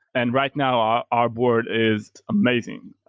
and right now, our our board is amazing.